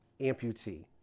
amputee